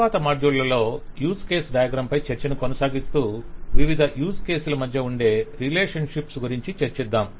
తర్వాత మాడ్యూల్లో use case diagram పై చర్చను కొనసాగిస్తూ వివిధ యూస్ కేస్ ల మధ్య ఉండే రిలేషన్స్షిప్స్ గురించి చర్చిద్ధాం